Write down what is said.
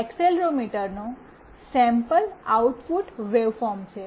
આ એક્સેલરોમીટરનો sample output waveform છે